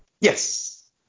yes